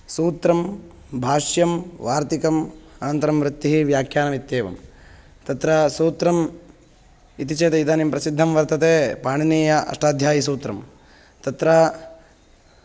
सूत्रं भाष्यं वार्तिकम् अनन्तरं वृत्तिः व्याख्यानम् इत्येवं तत्र सूत्रम् इति चेत् इदानीं प्रसिद्धं वर्तते पाणिनीयम् अष्टाध्यायीसूत्रं तत्र